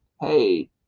hey